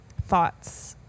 thoughts